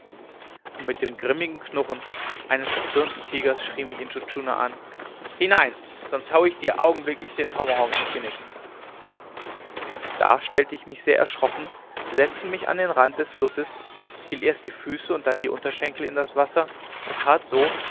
und mit dem grimmigen knurren eines erzürnten tigers schrie mich intschu tschuna an hinein sonst haue ich dir augenblicklich den tomahawk ins genick da stellte ich mich sehr erschrocken setzte mich an den rand des flusses hielt erst die füße und dann die unterschenkel in das wasser und tat so